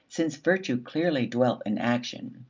since virtue clearly dwelt in action.